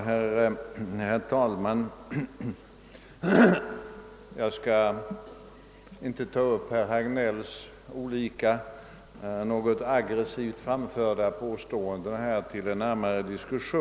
Herr talman! Jag skall inte ta upp herr Hagnells något aggressivt framförda argument till en närmare diskussion.